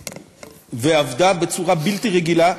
ועבדה בצורה בלתי רגילה.